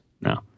No